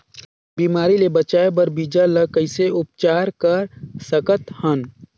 बिमारी ले बचाय बर बीजा ल कइसे उपचार कर सकत हन?